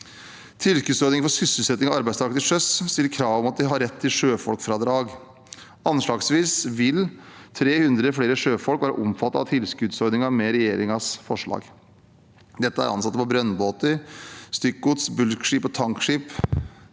Tilskuddsordningen for sysselsetting av arbeidstakere til sjøs stiller krav om at de har rett til sjøfolkfradrag. Anslagsvis vil 300 flere sjøfolk være omfattet av tilskuddsordningen med regjeringens forslag. Dette er ansatte på f.eks. brønnbåter, stykkgodsskip, bulkskip og tankskip,